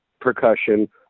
percussion